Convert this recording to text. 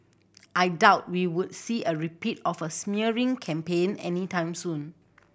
I doubt we would see a repeat of a smearing campaign any time soon